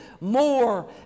more